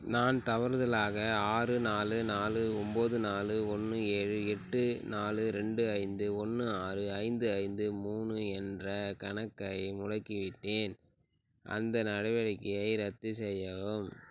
நான் தவறுதலாக ஆறு நாலு நாலு ஒம்பது நாலு ஒன்று ஏழு எட்டு நாலு ரெண்டு ஐந்து ஒன்று ஆறு ஐந்து ஐந்து மூணு என்ற கணக்கை முடக்கிவிட்டேன் அந்த நடவடிக்கையை ரத்து செய்யவும்